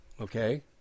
Okay